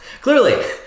Clearly